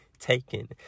Taken